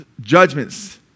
judgments